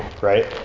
right